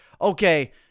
okay